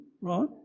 right